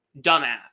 dumbass